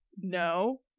no